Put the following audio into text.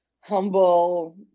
humble